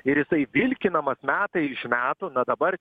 ir jisai vilkinamas metai iš metų na dabar